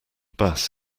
bass